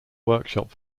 workshop